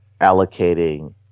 allocating